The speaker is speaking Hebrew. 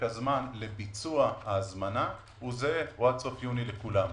הזמן לביצוע ההזמנה הוא עד סוף יוני לכולם.